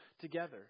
together